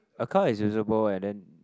a car is useable and then